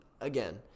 again